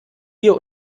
hier